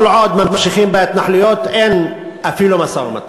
כל עוד ממשיכים בהתנחלויות אין אפילו משא-ומתן,